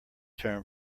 term